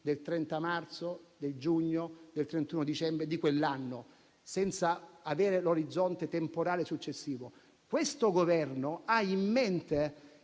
del 30 marzo, di giugno, del 31 dicembre di un anno senza avere l'orizzonte temporale successivo; questo Governo ha in mente